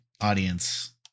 audience